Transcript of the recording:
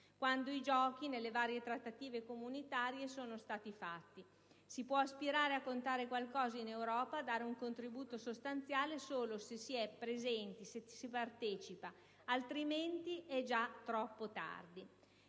quando i giochi nelle varie trattative comunitarie sono stati fatti. Si può aspirare a contare qualcosa in Europa e a dare un contributo sostanziale solo se si è presenti e se si partecipa: altrimenti, è già troppo tardi.